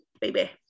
baby